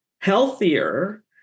healthier